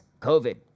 COVID